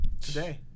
today